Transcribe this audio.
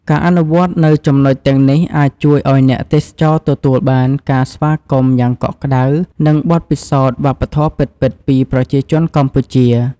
ការអនុវត្តនូវចំណុចទាំងនេះអាចជួយឱ្យអ្នកទេសចរទទួលបានការស្វាគមន៍យ៉ាងកក់ក្តៅ និងបទពិសោធន៍វប្បធម៌ពិតៗពីប្រជាជនកម្ពុជា។